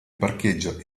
parcheggio